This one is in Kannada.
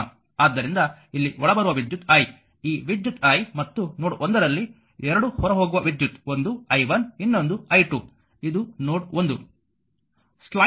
ಆದ್ದರಿಂದ ಇಲ್ಲಿ ಒಳಬರುವ ವಿದ್ಯುತ್ i ಈ ವಿದ್ಯುತ್ i ಮತ್ತು ನೋಡ್ 1 ರಲ್ಲಿ ಎರಡು ಹೊರಹೋಗುವ ವಿದ್ಯುತ್ ಒಂದು i1 ಇನ್ನೊಂದು i2 ಇದು ನೋಡ್ 1